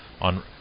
on